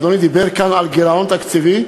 ואדוני דיבר כאן על גירעון תקציבי,